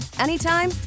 anytime